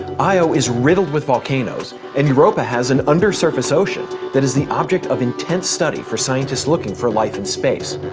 io is riddled with volcanoes, and europa has an undersurface ocean that is the object of intense study for scientists looking for life in space.